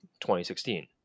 2016